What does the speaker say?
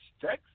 text